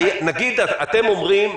אתם אומרים,